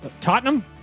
Tottenham